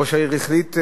ראש העיר החליט,